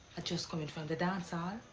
just coming from the dancehall.